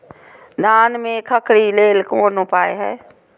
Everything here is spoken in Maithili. धान में खखरी लेल कोन उपाय हय?